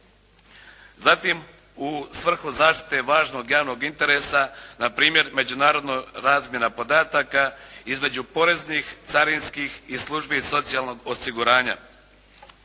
Zatim u svrhu zaštite važnog javnog interesa npr. međunarodna razmjena podataka između poreznih, carinskih i službi socijalnog osiguranja.